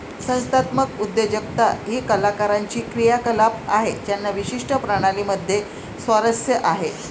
संस्थात्मक उद्योजकता ही कलाकारांची क्रियाकलाप आहे ज्यांना विशिष्ट प्रणाली मध्ये स्वारस्य आहे